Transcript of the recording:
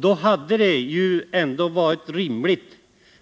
Det hade varit rimligt